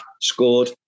scored